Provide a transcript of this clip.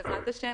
בעזרת השם,